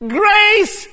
grace